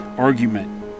argument